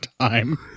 time